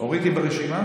אורית היא ברשימה?